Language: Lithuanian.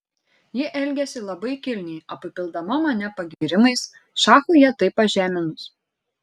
ji elgėsi labai kilniai apipildama mane pagyrimais šachui ją taip pažeminus